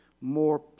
more